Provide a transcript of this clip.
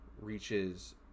reaches